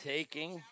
Taking